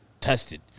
tested